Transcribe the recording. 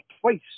twice